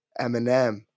Eminem